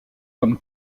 comme